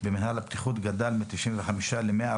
במינהל הבטיחות גדל מ-95 ל-148